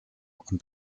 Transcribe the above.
und